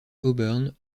auburn